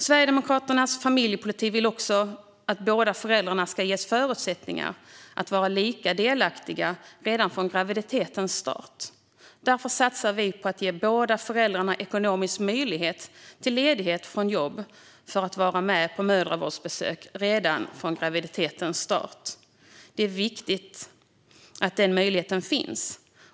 Sverigedemokraterna vill också med vår familjepolitik att föräldrarna ska ges förutsättningar att vara lika delaktiga redan från graviditetens start. Därför satsar vi på att ge båda föräldrarna ekonomisk möjlighet till ledighet från jobb för att vara med på mödravårdsbesök redan från graviditetens start. Det är viktigt att denna möjlighet finns.